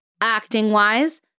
acting-wise